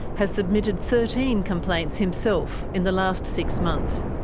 has submitted thirteen complaints himself in the last six months.